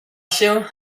się